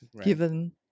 given